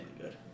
good